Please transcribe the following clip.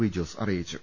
V Jose അറിയിച്ചു